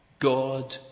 God